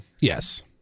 Yes